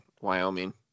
Wyoming